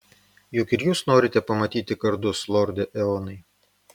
juk ir jūs norite pamatyti kardus lorde eonai